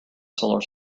solar